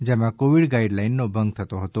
જેમાં કોવિડ ગાઇડલાઇનનો ભંગ થતો હતો